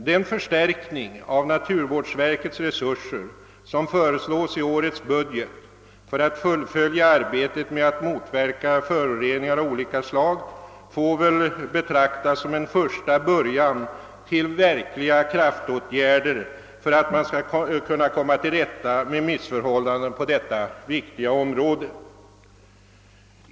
Den förstärkning av naturvårdsverkets resurser, som föreslås i årets budget för att fullfölja arbetet med att motverka föroreningar av olika slag, får väl betraktas som en första början till verkliga kraftåtgärder för att man skall kunna komma till rätta med missförhållandena på detta viktiga område.